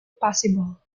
possible